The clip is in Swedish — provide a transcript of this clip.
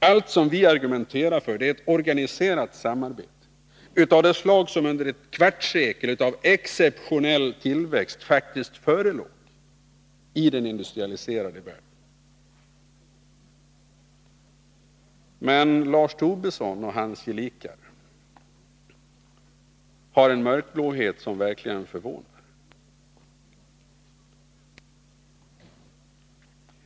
Allt som vi argumenterar för är ett organiserat samarbete, av det slag som förekom under ett kvartssekel av exceptionell tillväxt i utrikeshandel och produktion som faktiskt förelåg i den industrialiserade världen fram till början av 1970-talet. Lars Tobisson och hans gelikar har en mörkblåhet som verkligen förvånar.